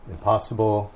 Impossible